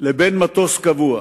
לבין מטוס קבוע.